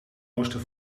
oosten